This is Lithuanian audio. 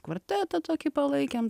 kvartetą tokį palaikėm